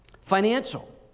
Financial